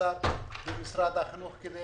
האוצר ועם משרד החינוך, כדי